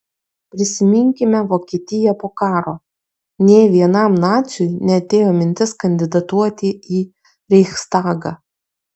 prisiminkime vokietiją po karo nė vienam naciui neatėjo mintis kandidatuoti į reichstagą